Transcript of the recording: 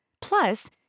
Plus